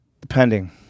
Depending